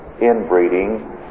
inbreeding